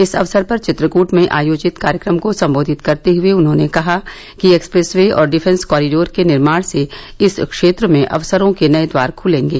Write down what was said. इस अवसर पर चित्रकूट में आयोजित कार्यक्रम को संबोधित करते हए उन्होंने कहा कि एक्सप्रेस वे और डिफेंस कॉरिडोर के निर्माण से इस क्षेत्र में अवसरों के नए द्वार ख्लेंगे